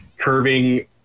curving